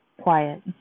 quiet